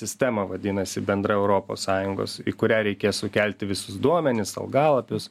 sistema vadinasi bendra europos sąjungos į kurią reikės sukelti visus duomenis algalapius